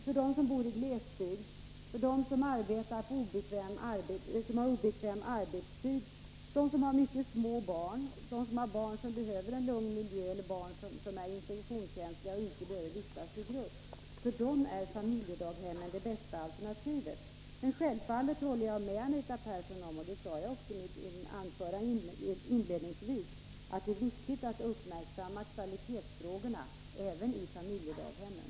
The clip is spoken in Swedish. För dem som bor i glesbygd, dem som har obekväm arbetstid, dem som har mycket små barn, barn som behöver en lugn miljö eller barn som är infektionskänsliga och inte bör vistas i grupp är familjedaghemmen det bästa alternativet. Men självfallet håller jag med Anita Persson om, som jag också sade inledningsvis, att det är viktigt att uppmärksamma kvalitetsfrågorna även i familjedaghemmen.